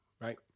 right